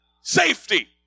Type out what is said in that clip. safety